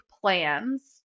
plans